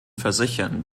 versichern